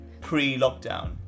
pre-lockdown